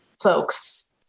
folks